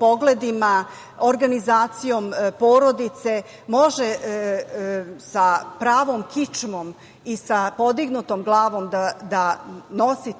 pogledima, organizacijom porodice može sa pravom kičmom i sa podignutom glavom da nosi